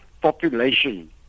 population